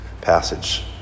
passage